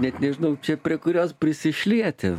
net nežinau čia prie kurios prisišlieti